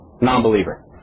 non-believer